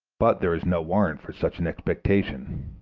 but there is no warrant for such an expectation.